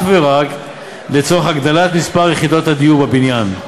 ורק לצורך הגדלת מספר יחידות הדיור בבניין.